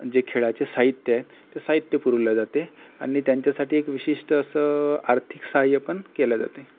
जे खेळाचे साहित्य आहे ते साहित्य पुरवले जाते आणि त्यांच्यासाठी एक विशिष्ट असं आर्थिक सहाय्य पण केलं जातं आहे